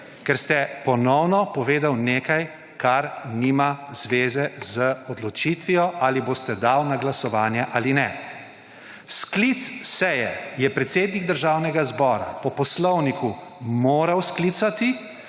ker ste ponovno povedali nekaj, kar nima zveze z odločitvijo, ali boste dali na glasovanje ali ne. Sklic seje je predsednik Državnega zbora po poslovniku moral sklicati,